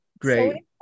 great